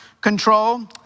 control